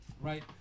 right